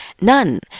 None